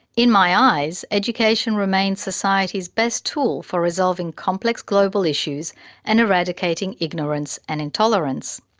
in my eyes, education remains society's best tool for resolving complex global issues and eradicating ignorance and intolerance.